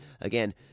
again